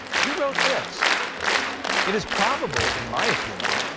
he wrote this it is probable, in my opinion,